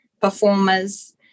performers